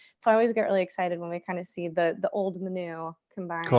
so i always get really excited when we kind of see the the old and the new combine. cool.